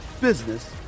business